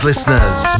Listeners